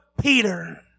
Peter